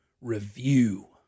review